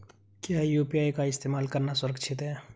क्या यू.पी.आई का इस्तेमाल करना सुरक्षित है?